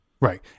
right